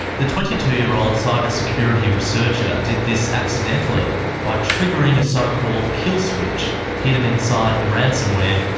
the twenty two year old cybersecurity researcher did this accidentally by triggering a so-called kill switch hidden inside the ransomware,